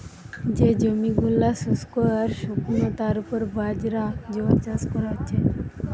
যে জমি গুলা শুস্ক আর শুকনো তার উপর বাজরা, জোয়ার চাষ কোরা হচ্ছে